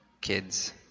kids